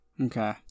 okay